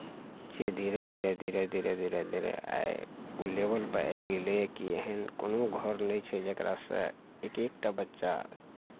जे धीरे धीरे धीरे धीरे धीरे धीरे आइ ओ लेवल पर आबि गेलै कि एहन कोनो घर नहि छै जेकरासँ एक एक टा बच्चा